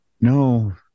No